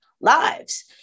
lives